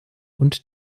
und